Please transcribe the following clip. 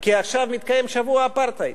כי עכשיו מתקיים שבוע האפרטהייד,